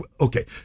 okay